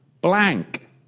blank